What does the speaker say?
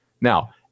Now